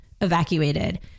evacuated